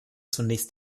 zunächst